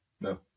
no